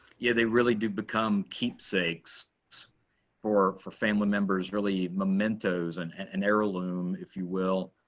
yeah, they really do become keepsakes for for family members, really mementos, and an an heirloom, if you will.